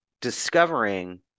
discovering